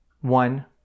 one